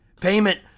Payment